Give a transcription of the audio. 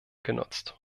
genutzt